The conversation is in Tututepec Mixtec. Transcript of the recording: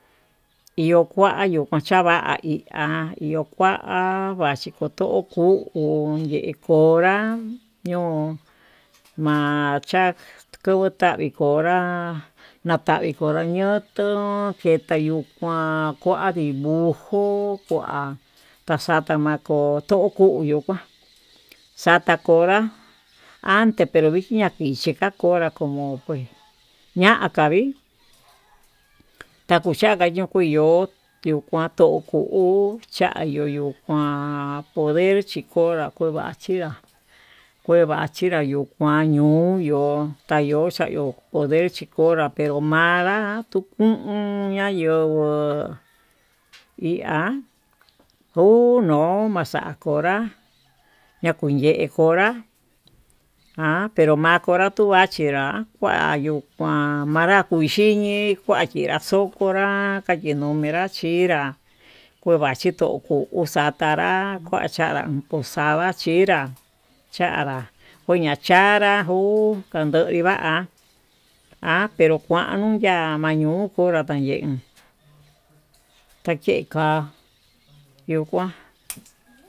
Iho kuan iho konchava'a iha iho kuan, va'a chikoto kuu uun yee konrá ño'o macha ño'o tavii konrá natavii konráño'o to'o keta yuu kuan kua dibujó kuan maxata ma'a koto kuyuu kuan xata konrá, nate pero vichiña konrá como pes ña'aka vii, takuxhaka ña'a kuii yo'ó yokuan yoko'o chi yayuu yuu kuan poder chikonra yuu ngua chinrá, kue va'a chinra yuu kuan ño'o ñuu yo'o tayo chayo konder chikonrá pero manra tukun ñayenguo uu ihá, kuno'o maxa'a konrá ñakunye konrá an pero makonra atuu achinrá kuan yuu kuan manrá kuxhii, ñii kuxhinrá xokonrá kayeyumenrá xhinrá kuu vaxhitoko uxa'a tanrá kuaxanra uxanra chinrá chanra kuña'a chanrá, uu kandoi va'a ha pero kuanuu ya'a mañuu ñuu konra yandee kacheka yuu kuán.